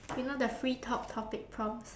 you know the free talk topic prompts